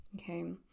okay